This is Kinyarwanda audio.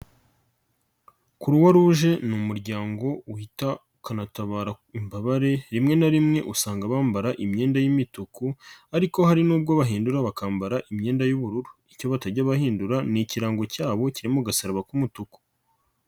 Croix rouge ni umuryango wita ukanatabara imbabare, rimwe na rimwe usanga bambara imyenda y'imituku ariko hari n'ubwo bahindura bakambara imyenda y'ubururu, icyo batajya bahindura ni ikirango cyabo kiri mu gasaraba k'umutuku.